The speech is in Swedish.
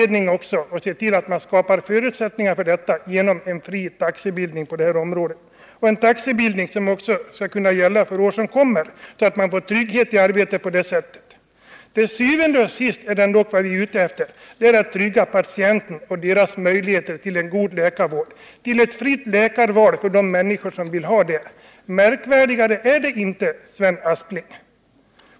Då måste vi skapa förutsättningar genom en fri taxebildning, som också skall kunna gälla för år som kommer, så att man får trygghet i arbetet. Det vi til syvende og sidst är ute efter är att trygga patienternas möjlighet till god läkarvård och fritt läkarval för de människor som vill ha det. Märkvärdigare är det inte, Sven Aspling.